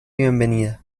bienvenida